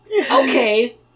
Okay